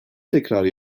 tekrar